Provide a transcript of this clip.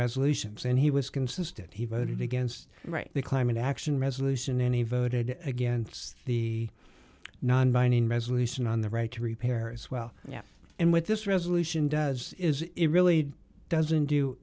resolutions and he was consistent he voted against right the climate action resolution any voted against the non binding resolution on the right to repair as well yeah and with this resolution does is it really doesn't do